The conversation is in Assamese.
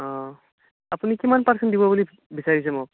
অ' আপুনি কিমান পাৰ্চেণ্ট দিব বুলি বিচাৰিছে মোক